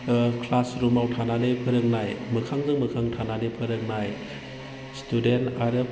क्लासरुमाव थानानै फोरोंनाय मोखांजों मोखां थानानै फोरोंनाय स्टुडेन्ट आरो